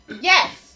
Yes